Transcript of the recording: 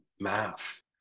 math